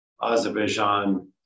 Azerbaijan